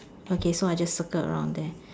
okay so I just circle around there